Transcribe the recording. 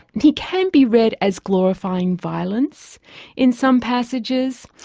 and he can be read as glorifying violence in some passages.